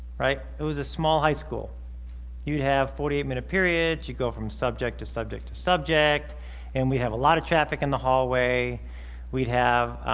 right it was a small high school you'd have forty eight minute periods you go from subject to subject to subject and we have a lot of traffic in the hallway we'd have